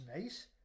nice